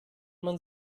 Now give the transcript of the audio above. man